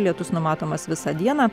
lietus numatomas visą dieną